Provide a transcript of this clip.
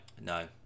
no